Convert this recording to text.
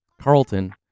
carlton